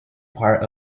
part